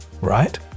Right